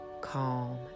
calm